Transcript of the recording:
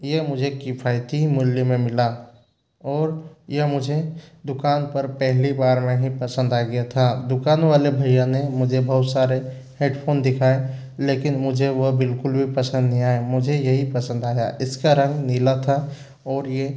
ये मुझे किफ़ायती मूल्य में मिला और यह मुझे दुकान पर पहली बार में ही पसंद आ गया था दुकानवाले भैया ने मुझे बहुत सारे हेडफ़ोन दिखाए लेकिन मुझे वह बिल्कुल भी पसंद नही आए मुझे यही पसंद आया इसका रंग नीला था और यह